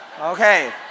Okay